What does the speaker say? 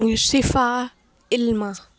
شفا علمہ